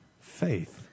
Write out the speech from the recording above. Faith